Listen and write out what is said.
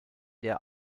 der